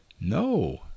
No